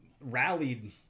rallied